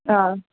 ஆ